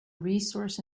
resource